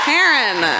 Karen